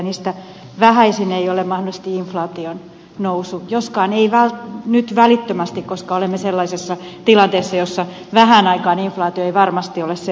niistä vähäisin ei ole mahdollisesti inflaation nousu joskaan ei nyt välittömästi koska olemme sellaisessa tilanteessa jossa vähään aikaan inflaatio ei varmasti ole se ongelma